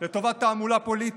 לטובת תעמולה פוליטית.